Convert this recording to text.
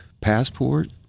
passport